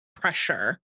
pressure